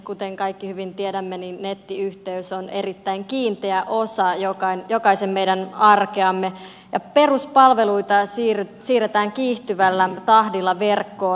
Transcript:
kuten kaikki hyvin tiedämme nettiyhteys on erittäin kiinteä osa meidän jokaisen arkeamme ja peruspalveluita siirretään kiihtyvällä tahdilla verkkoon